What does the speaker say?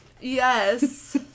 Yes